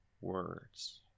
words